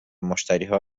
مشتریها